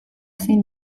zein